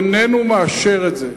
איננו מאשר את זה.